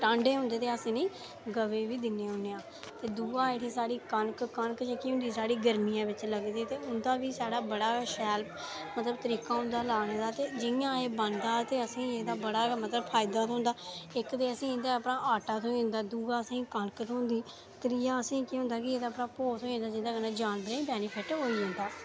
ते जेह्के टांडे होंदे ओह् अस गवै गी बी दिन्ने होन्ने आं ते दूआ जेह्ड़ा साढ़ी कनक कनक साढ़ी जेह्ड़ी गर्मियां बिच लगदी ते उं'दा बी मतलब बड़ा शैल तरीका होंदा लाने दा ते जि'यां एह् बनदा ते असेंगी एह्दा बड़ा फायदा होंदा इक ते इं'दे परा असेंगी आटा थ्होई जंदा ते दूआ असेंगी कनक थ्होंदी ते त्रीआ असेंगी केह् होंदा कि एह्दे परा भोऽ थ्होई जंदा ते एह्दे कन्नै जानवरें गी बेनीफिट होई जंदा